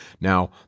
Now